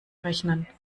rechnen